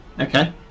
okay